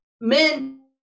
men